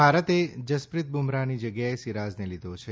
ભારતે જસપ્રિત બુમરાહની જગ્યાએ સીરાઝને લીધો છે